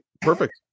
Perfect